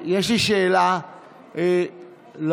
יש לי שאלה לאופוזיציה.